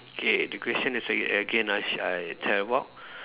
okay the question is again again I sh~ I tell about